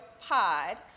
Pod